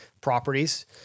properties